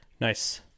nice